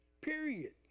period